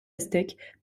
aztèques